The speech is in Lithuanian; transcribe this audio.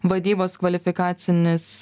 vadybos kvalifikacinis